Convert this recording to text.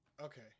Okay